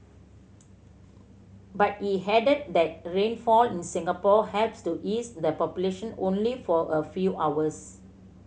but he added that rainfall in Singapore helps to ease the population only for a few hours